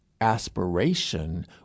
Aspiration